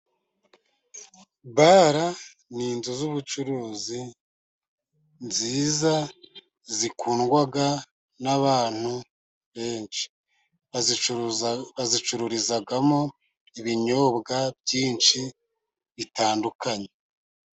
Bare ni inzu zubucuruzi nziza zikundwa na abantu benshi, bazicururizamo ibinyobwa byinshi bitandukanye.